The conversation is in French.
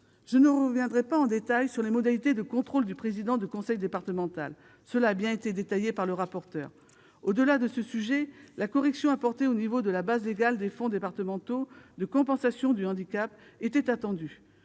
Je ne reviendrai pas en détail sur les modalités de contrôle du président du conseil départemental, car ce point a été décrit en détail par le rapporteur. Au-delà de ce sujet, la correction apportée au niveau de la base légale des fonds départementaux de compensation du handicap était attendue.